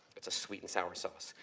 it's a sweet and sour sauce.